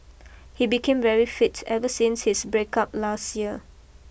he became very fit ever since his break up last year